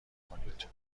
کنید